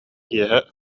киэһэ